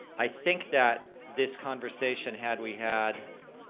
i think that this conversation had we had,